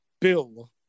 Bill